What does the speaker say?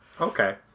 Okay